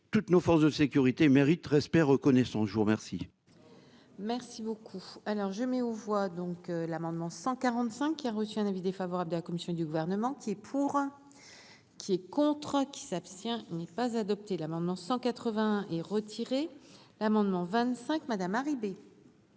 toutes nos forces de sécurité méritent respect, reconnaissance, je vous remercie. Merci beaucoup, alors je mets aux voix donc l'amendement 145 qui a reçu un avis défavorable de la commission du gouvernement qui est pour, qui est contre qui s'abstient n'est pas adopté l'amendement 180 et retirer l'amendement 25 madame arriver.